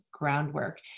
Groundwork